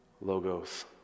logos